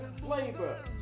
Flavor